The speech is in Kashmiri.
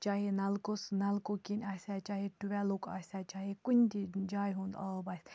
چاہے نَلکو سہٕ نَلکو کِنۍ آسیٛا چاہے ٹُوٮ۪لُک آسیٛا چاہے کُنہِ تہِ جایہِ ہُنٛد آب آسہِ